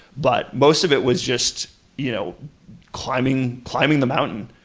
but most of it was just you know climbing climbing the mountain,